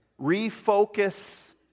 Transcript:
Refocus